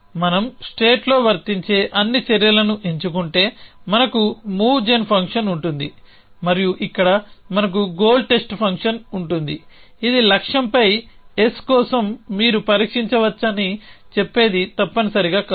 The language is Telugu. మనంస్టేట్లో వర్తించే అన్ని చర్యలను ఎంచుకుంటే మనకు మూవ్ జెన్ ఫంక్షన్ ఉంటుంది మరియు ఇక్కడ మనకు గోల్ టెస్ట్ ఫంక్షన్ ఉంటుంది ఇది లక్ష్యంపై S కోసం మీరు పరీక్షించవచ్చని చెప్పేది తప్పనిసరిగా కాదు